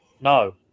no